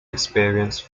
experience